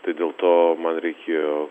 tai dėl to man reikėjo